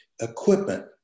equipment